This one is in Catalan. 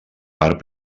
part